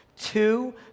Two